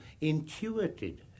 intuited